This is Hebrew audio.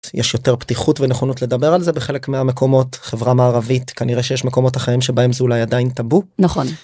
יש יותר פתיחות ונכונות לדבר על זה בחלק מהמקומות חברה מערבית כנראה שיש מקומות אחרים שבהם זה אולי עדיין טאבו נכון.